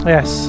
Yes